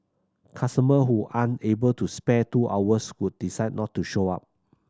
customer who aren't able to spare the two hours would decide not to show up